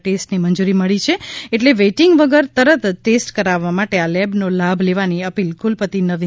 ટેસ્ટની મંજૂરી મળી છે એટ્લે વેઇટિંગ વગર તુરંત ટેસ્ટ કરાવવા માટે આ લેબનો લાભ લેવાની અપીલ કુલપતિ નવીન શેઠે કરી છે